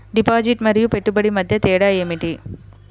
Deposit మరియు పెట్టుబడి మధ్య తేడా ఏమిటి?